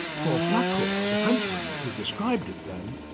for flacourt, the frenchman who described it then,